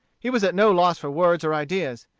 he was at no loss for words or ideas.